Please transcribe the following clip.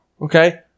Okay